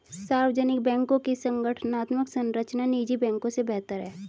सार्वजनिक बैंकों की संगठनात्मक संरचना निजी बैंकों से बेहतर है